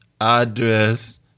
address